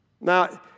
Now